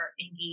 engage